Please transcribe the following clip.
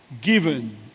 Given